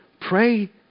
pray